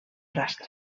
rastre